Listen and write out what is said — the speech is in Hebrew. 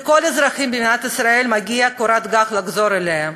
לכל האזרחים במדינת ישראל מגיעה קורת גג לחזור אליה.